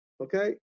Okay